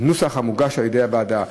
בנוסח המוגש על-ידי הוועדה.